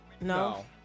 No